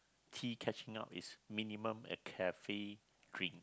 tea catching up is minimum a cafe drink